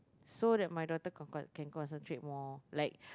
so that my daughter can con~ can concentrated more like